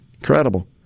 Incredible